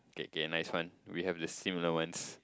K K nice one we have the similar ones